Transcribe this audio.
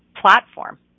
platform